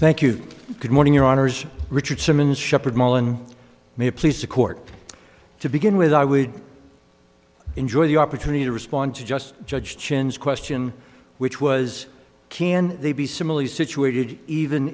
thank you good morning your honour's richard simmons shepherd mall and may it please the court to begin with i would enjoyed the opportunity to respond to just judge chin's question which was can they be similarly situated even